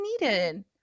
needed